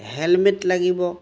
helmet লাগিব